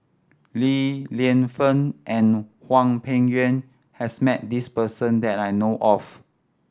Li Lienfung and Hwang Peng Yuan has met this person that I know of